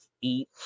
eat